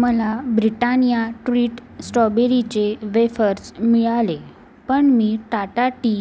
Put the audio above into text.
मला Britannia treat स्टॉबेरीचे wafers मिळाले पण मी टाटा टी